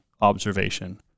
observation